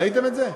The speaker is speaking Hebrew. ראיתם את זה?